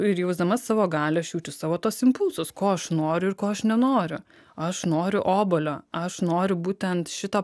ir jausdama savo galią aš jaučiu savo tuos impulsus ko aš noriu ir ko aš nenoriu aš noriu obuolio aš noriu būtent šito